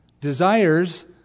desires